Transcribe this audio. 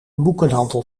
boekenhandel